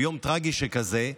ביום טרגי שכזה.